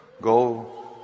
go